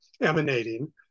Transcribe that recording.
emanating